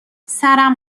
سرم